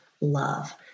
love